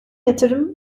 yatırım